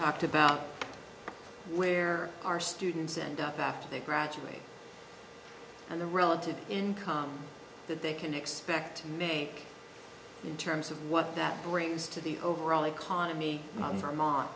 talked about where our students end up after they graduate and the relative income that they can expect to make terms of what that brings to the overall economy armont